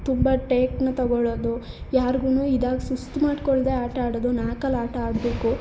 ತುಂಬ ಟೇಕನ್ನ ತಗೊಳ್ಳೋದು ಯಾರ್ಗೂ ಇದಾಗ ಸುಸ್ತು ಮಾಡಿಕೊಳ್ದೆ ಆಟ ಆಡೋದು ನ್ಯಾಕಲ್ಲಿ ಆಟ ಆಡಬೇಕು